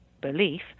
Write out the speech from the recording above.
belief